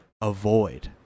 avoid